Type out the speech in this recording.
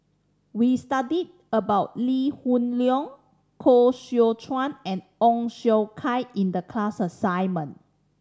we studied about Lee Hoon Leong Koh Seow Chuan and Ong Siong Kai in the class assignment